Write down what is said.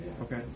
Okay